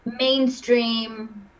mainstream